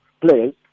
players